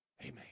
Amen